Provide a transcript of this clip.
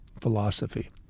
philosophy